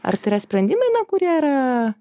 ar tai yra sprendimai na kurie yra